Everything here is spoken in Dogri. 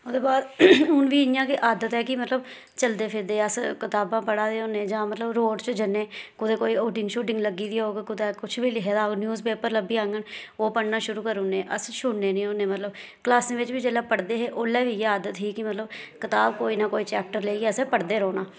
ओहदे बाद हून बी इ'यां गै आदत है मतलब चलदे फिरदे अस किताबा पढ़ा दे होन्ने जां़ मतलब रोड च जन्ने जां कुतै मतलब कोडिंग शुडिंग लग्गी दी होग कुतै कुछ बी लिखे दा होग न्यूज पेपर लब्भी जाङन ओह् पढ़ना शरु करी ओड़ने अस छोड़ने नेई होन्ने मतलब क्लासें बिच बी जिसलै पढ़दे हे उसलै बी इयै आदत ही मतलब किताब कोई ना कोई लेइयै असें पढ़दे रौह्ना